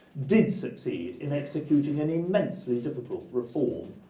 did succeed in executing an immensely difficult reform,